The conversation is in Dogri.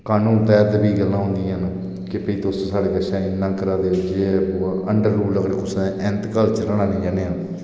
कानून दे तैह्त बी गल्लां होंदियां न कि तुस साढ़े कशा इन्ना करा दे ओ यह ऐ वो ऐ अंडर रूल तुसें इंतकाल निं चढ़ाना ऐ ना